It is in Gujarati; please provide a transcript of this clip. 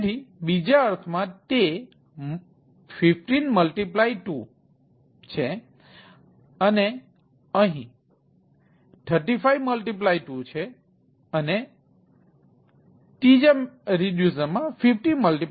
તેથી બીજા અર્થમાં તે 152 છે અને અહીં 352 અને 501